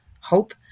hope